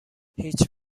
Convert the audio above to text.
هیچ